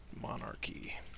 Monarchy